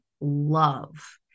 love